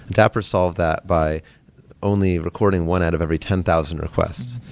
dapper solved that by only recording one out of every ten thousand requests.